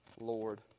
Lord